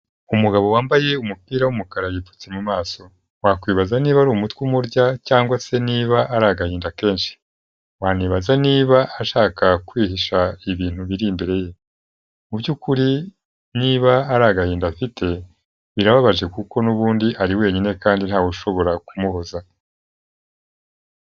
Umugabo wambaye umupira w'umukara yipfutse mu maso, wakwibaza niba ari umutwe umurya cyangwa se niba ari agahinda kenshi, wanibaza niba ashaka kwihisha ibintu biri imbere ye, mu by'ukuri niba ari agahinda afite, birababaje kuko n'ubundi ari wenyine kandi ntawe ushobora kumubuza.